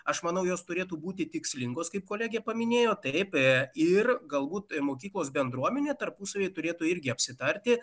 aš manau jos turėtų būti tikslingos kaip kolegė paminėjo taip ir galbūt tai mokyklos bendruomenė tarpusavyje turėtų irgi apsitarti